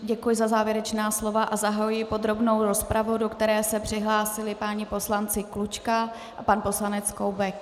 Děkuji za závěrečná slova a zahajuji podrobnou rozpravu, do které se přihlásil pan poslanec Klučka a pan poslanec Koubek.